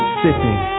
sipping